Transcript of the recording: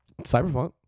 Cyberpunk